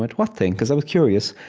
but what thing? because i was curious.